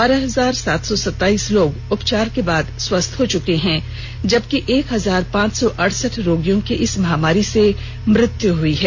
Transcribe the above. बारह हजार सात सौ सत्ताइस लोग उपचार के बाद स्वस्थ हो चुके हैं जबकि एक हजार पांच सौ अड़सठ रोगियों की इस महामारी से मृत्यु हुई है